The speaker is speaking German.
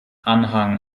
anhang